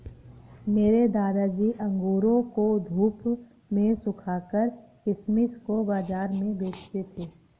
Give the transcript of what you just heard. मेरे दादाजी अंगूरों को धूप में सुखाकर किशमिश को बाज़ार में बेचते थे